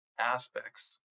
aspects